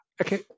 Okay